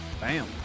bam